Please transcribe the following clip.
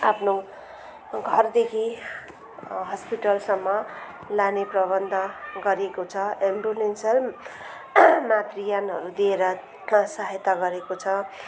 आफ्नो घरदेखि हस्पिटलसम्म लाने प्रवन्ध गरिएको छ एम्बुलेन्स छन् मातृयानहरू दिएर त्यहाँ सहायता गरेको छ